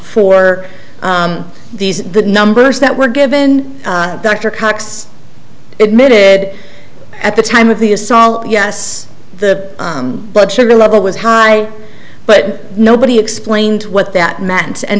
for these numbers that were given dr cox admitted at the time of the assault yes the blood sugar level was high but nobody explained what that meant and